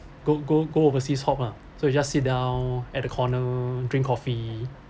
go go go overseas hop ah so you just sit down at the corner drink coffee